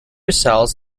cells